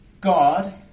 God